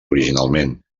originalment